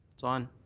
it's on.